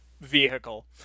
vehicle